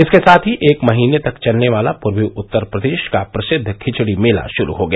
इसके साथ ही एक महीने तक चलने वाला पूर्वी उत्तर प्रदेश का प्रसिद्व खिचड़ी मेला शुरू हो गया